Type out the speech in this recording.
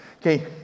Okay